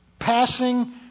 passing